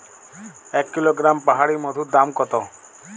এক কিলোগ্রাম পাহাড়ী মধুর দাম কত?